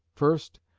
first,